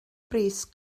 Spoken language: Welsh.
bris